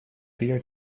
beer